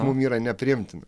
mum yra nepriimtina